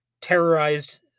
terrorized